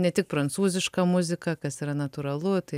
ne tik prancūzišką muziką kas yra natūralu tai